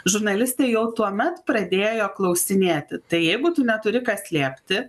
žurnalistai jau tuomet pradėjo klausinėti tai jeigu tu neturi ką slėpti